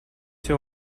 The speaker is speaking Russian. все